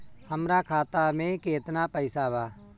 हमरा खाता में केतना पइसा बा?